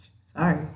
Sorry